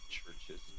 churches